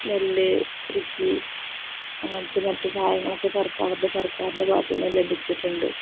നെല്ല് കൃഷി അങ്ങനത്തെ മറ്റ് സഹായങ്ങളൊക്കെ സർക്കാർ അവരുടെ സർക്കാരിൻ്റെ ഭാഗത്ത് നിന്ന് ലഭിച്ചിട്ടുണ്ട്